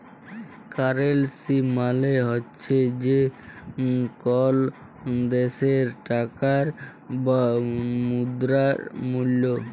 currency মালে হছে যে কল দ্যাশের টাকার বা মুদ্রার মূল্য